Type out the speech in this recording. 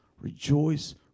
rejoice